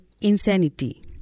insanity